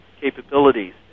capabilities